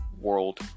world